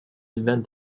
invent